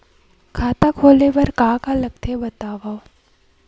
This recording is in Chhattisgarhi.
खाता खोले बार का का लगथे बतावव?